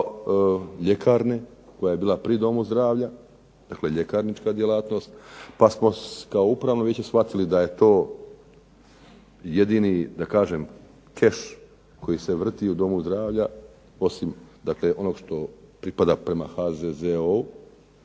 koja je bila pri domu zdravlja, dakle ljekarnička djelatnost, pa smo kao upravno vijeće shvatili da je to jedini da kažem keš koji se vrti u domu zdravlja, osim dakle onog što pripada prema HZZO-u,